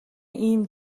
ийм